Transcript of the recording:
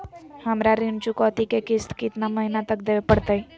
हमरा ऋण चुकौती के किस्त कितना महीना तक देवे पड़तई?